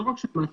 לא רק של מח"ש,